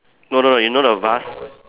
no no you know the vase